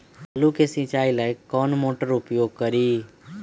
आलू के सिंचाई ला कौन मोटर उपयोग करी?